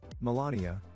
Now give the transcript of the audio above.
Melania